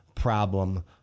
Problem